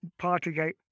Partygate